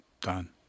Done